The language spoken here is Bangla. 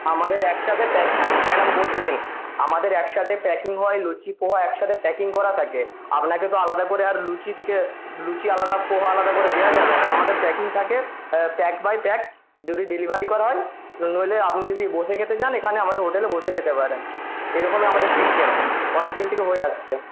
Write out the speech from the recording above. আমাদের একসাথে প্যাকিং ম্যাডাম বলতে দিন আমাদের একসাথে প্যাকিং হয় লুচি পোহা একসাথে প্যাকিং করা থাকে আপনাকে তো আলাদা করে আর লুচি দেখে লুচি আলাদা পোহা আলাদা করে দেওয়া যাবে না আমাদের প্যাকিং থাকে প্যাক বাই প্যাক যদি ডেলিভারি করা হয় নইলে আপনি যদি বসে খেতে চান এখানে আমাদের হোটেলে বসে খেতে পারেন এই রকমই আমাদের সিস্টেম অনেক দিন থেকে হয়ে আসছে